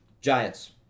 Giants